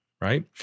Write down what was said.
right